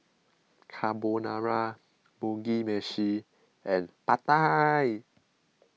Carbonara Mugi Meshi and Pad Thai